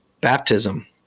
baptism